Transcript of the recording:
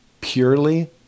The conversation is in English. purely